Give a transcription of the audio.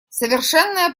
совершенная